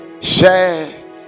share